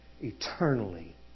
eternally